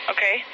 Okay